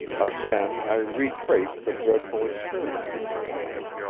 again i retraced the dreadful experiences of the night,